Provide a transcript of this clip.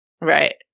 Right